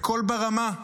בקול ברמה,